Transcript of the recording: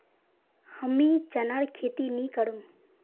हमीं चनार खेती नी करुम